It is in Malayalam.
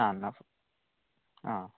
ആ എന്നാല് ആ